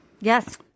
Yes